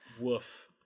Woof